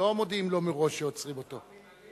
לא מודיעים לו מראש שעוצרים אותו.